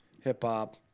Hip-hop